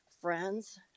friends